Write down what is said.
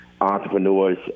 entrepreneurs